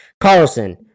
Carlson